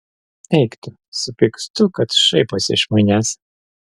eik tu supykstu kad šaiposi iš manęs